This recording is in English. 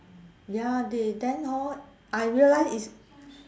ya they then hor I realise it's